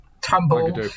tumble